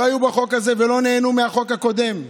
הן לא היו בחוק הזה ולא נהנו מהחוק הקודם,